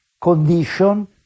condition